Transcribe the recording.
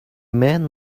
man